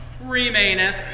remaineth